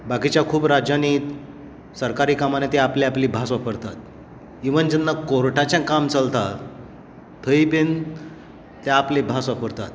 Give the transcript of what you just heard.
बाकीच्या खूब राज्यांनी सरकारी कामांनी ती आपली आपली भास वापरतां इवन जेन्ना कोर्टाचे काम चलतां थंय बीन ते आपली भास वापरतां